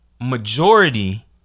majority